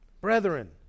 Brethren